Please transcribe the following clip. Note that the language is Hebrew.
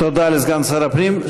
תודה לסגן שר הפנים.